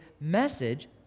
message